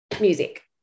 music